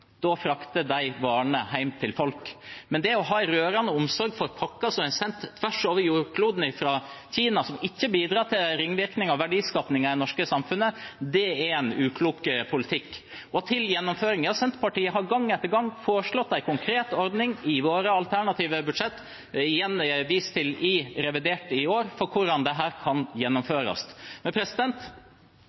varene hjem til folk. Men det å ha en rørende omsorg for pakker som er sendt tvers over jordkloden, fra Kina, som ikke bidrar til ringvirkninger og verdiskaping i det norske samfunnet, er en uklok politikk. Og til gjennomføringen: Ja, Senterpartiet har gang etter gang foreslått en konkret ordning i sine alternative budsjetter, igjen vist til i revidert i år, for hvordan dette kan gjennomføres.